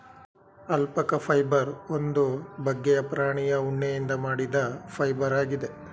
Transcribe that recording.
alpaca fibre ಒಂದು ಬಗ್ಗೆಯ ಪ್ರಾಣಿಯ ಉಣ್ಣೆಯಿಂದ ಮಾಡಿದ ಫೈಬರ್ ಆಗಿದೆ